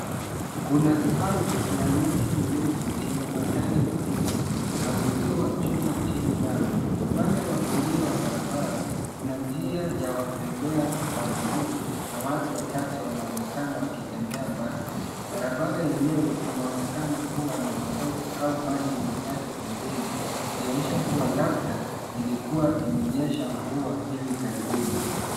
Kuna safu ya miti mirefu yenye majani mabichi na uzio wa chuma chini yao. Upande wa kulia wa barabara, kuna njia ya watembea kwa miguu na watu wachacha wanaonekana wakitembea mbali. Barabara yenyewe inaonekana kuwa na matope au maji machache pembeni, ikionyesha kuwa labda ilikuwa imenyesha mvua hivi karibuni.